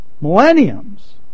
millenniums